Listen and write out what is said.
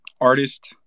artist